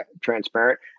transparent